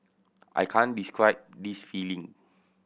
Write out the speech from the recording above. I can't describe this feeling